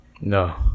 No